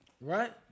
Right